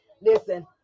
Listen